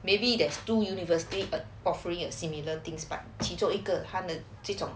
maybe there's two university err offering of similar things but 其中一个他们这种